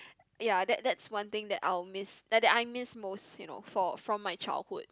ya that that's one thing that I'll miss that that I miss most you know for from my childhood